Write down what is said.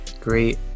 great